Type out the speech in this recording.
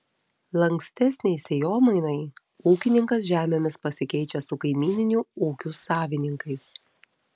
lankstesnei sėjomainai ūkininkas žemėmis pasikeičia su kaimyninių ūkių savininkais